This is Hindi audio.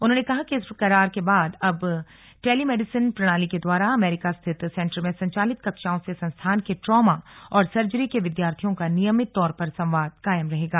उन्होंने कहा कि इस करार के बाद अब टेलीमेडिसिन प्रणाली के द्वारा अमेरिका स्थित सेंटर में संचालित कक्षाओं से संस्थान के ट्रॉमा और सर्जरी के विद्यार्थियों का नियमित तौर पर संवाद कायम रहेगा